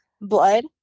blood